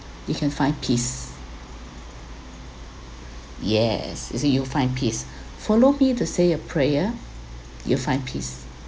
you can find peace yes is it you'll find peace follow me to say a prayer you'll find peace